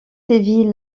civile